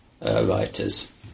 writers